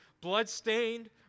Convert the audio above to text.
bloodstained